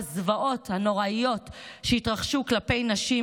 בזוועות הנוראיות שהתרחשו כלפי נשים